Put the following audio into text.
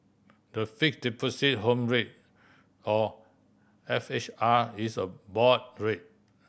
the Fixed Deposit Home Rate or F H R is a board rate